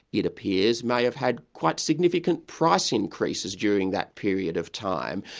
it appears, may have had quite significant price increases during that period of time,